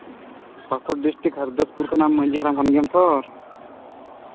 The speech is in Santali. ᱯᱟᱠᱩᱲ ᱰᱤᱥᱴᱤᱠ ᱦᱚᱨᱤᱫᱟᱥᱯᱩᱨ ᱠᱷᱚᱱᱟᱜ ᱢᱟᱹᱡᱷᱤ ᱦᱟᱲᱟᱢ ᱠᱟᱱ ᱜᱮᱭᱟᱢ ᱛᱚ